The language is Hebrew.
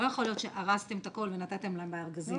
לא יכול להיות שארזתם הכול ונתתם להם בארגזים.